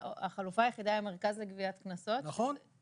החלופה היחידה היא המרכז לגביית קנסות ששם